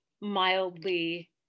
mildly